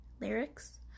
Lyrics